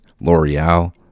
L'Oreal